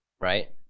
Right